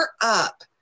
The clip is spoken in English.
up